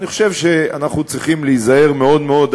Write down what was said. אני חושב שאנחנו צריכים להיזהר מאוד מאוד,